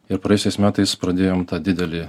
ir praėjusiais metais pradėjom tą didelį